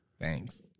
Thanks